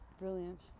Brilliant